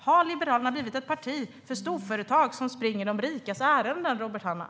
Har Liberalerna blivit ett parti för storföretag som springer de rikas ärenden, Robert Hannah?